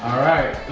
alright, ooh,